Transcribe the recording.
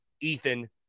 Ethan